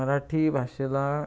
मराठी भाषेला